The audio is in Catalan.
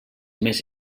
més